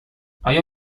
آیا